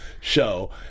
show